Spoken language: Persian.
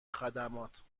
خدمات